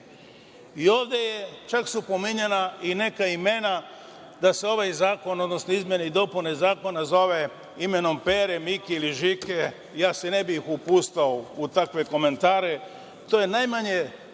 su čak pominjana i neka imena da se ovaj zakon, odnosno da se izmene i dopune zakona zove imenom Pere, Mike ili Žike. Ja se ne bih upuštao u takve komentare. To je najmanje pravo